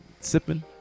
sipping